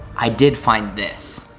i did find this.